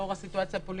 לאור הסיטואציה הפוליטית,